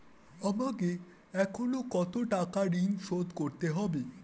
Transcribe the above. আমাকে এখনো কত টাকা ঋণ শোধ করতে হবে?